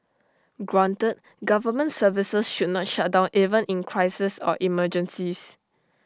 granted government services should not shut down even in crises or emergencies